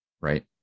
Right